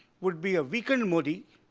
would be a weakened modi